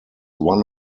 one